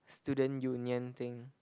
student union thing